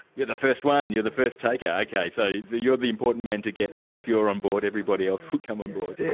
you're the first one, you're the first taker, ok, so yeah you're the important man to get, and once you're on board, everybody else will come on board. yes.